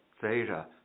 theta